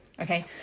okay